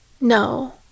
No